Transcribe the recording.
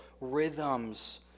rhythms